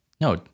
No